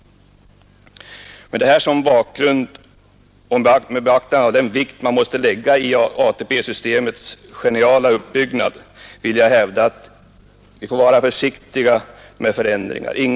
Mot denna bakgrund och med den vikt som vi måste tillmäta ATP-systemets geniala uppbyggnad hävdar jag att vi måste vara försiktiga med att göra förändringar i systemet.